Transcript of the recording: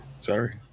Sorry